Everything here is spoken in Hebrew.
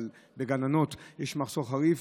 אבל בגננות יש מחסור חריף.